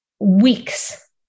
weeks